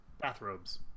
bathrobes